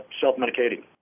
self-medicating